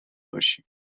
باشیم